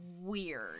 weird